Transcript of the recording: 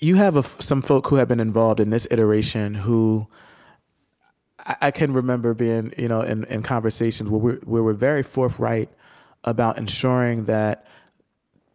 you have ah some folk who have been involved in this iteration who i can remember being you know and in conversations where we're where we're very forthright about ensuring that